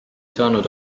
saanud